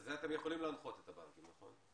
בזה אתם יכולים להנחות את הבנקים, נכון?